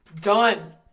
Done